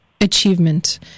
achievement